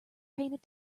painted